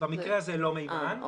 במקרה הזה לא מימן.